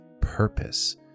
purpose